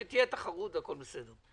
והוא קובע שתהיה תחרות והכול בסדר.